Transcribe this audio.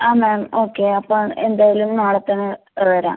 ആ ma'am okay അപ്പോൾ എന്തായാലും നാളത്തന്നെ വരാം